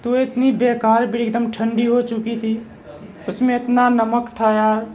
تو اتنی بے کار ایک دم ٹھنڈی ہو چکی تھی اس میں اتنا نمک تھا یار